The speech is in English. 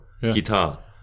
guitar